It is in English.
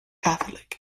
catholic